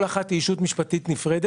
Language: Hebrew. כל אחת מהן היא ישות משפטית נפרדת.